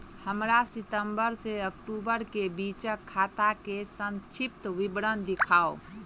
हमरा सितम्बर सँ अक्टूबर केँ बीचक खाता केँ संक्षिप्त विवरण देखाऊ?